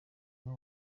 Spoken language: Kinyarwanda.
umwe